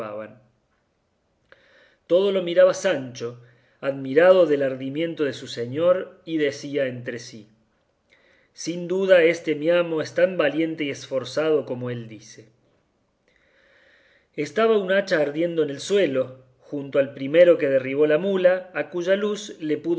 llevaban todo lo miraba sancho admirado del ardimiento de su señor y decía entre sí sin duda este mi amo es tan valiente y esforzado como él dice estaba una hacha ardiendo en el suelo junto al primero que derribó la mula a cuya luz le